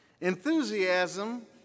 Enthusiasm